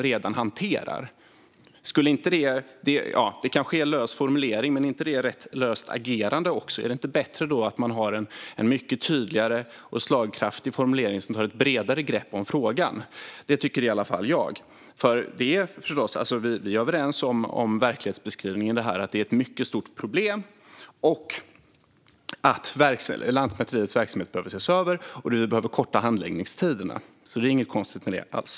Det kanske är en lös formulering. Men är inte det också ett rätt löst agerande? Är det inte bättre att man har en mycket tydligare och slagkraftig formulering som tar ett bredare grepp om frågan? Det tycker i varje fall jag. Vi är överens om verklighetsbeskrivningen. Det är ett mycket stort problem. Lantmäteriets verksamhet behöver ses över, och vi behöver korta handläggningstiderna. Det är inget konstigt med det alls.